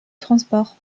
transport